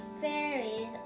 fairies